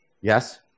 Yes